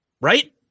right